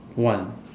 one